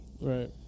right